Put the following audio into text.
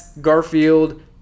garfield